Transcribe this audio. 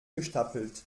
gestapelt